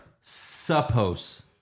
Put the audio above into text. Suppose